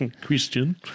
Christian